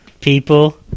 people